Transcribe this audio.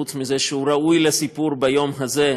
חוץ מזה שהוא ראוי לסיפור ביום הזה,